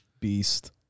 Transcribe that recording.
beast